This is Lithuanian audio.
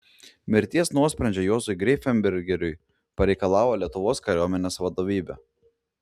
mirties nuosprendžio juozui greifenbergeriui pareikalavo lietuvos kariuomenės vadovybė